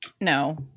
no